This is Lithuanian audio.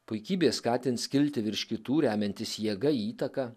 puikybė skatins kilti virš kitų remiantis jėga įtaka